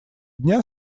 дня